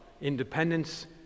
independence